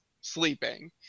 sleeping